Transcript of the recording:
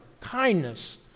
kindness